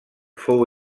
fou